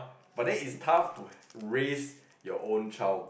but then it's tough to raise your own child